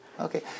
Okay